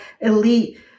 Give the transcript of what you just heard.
elite